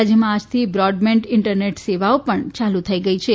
રાજયમાં આજથી broadband internet સંપર્ક પણ ચાલુ થઇ ગયા છે